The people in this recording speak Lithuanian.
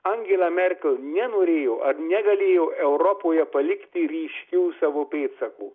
angela merkel nenorėjo ar negalėjo europoje palikti ryškių savo pėdsakų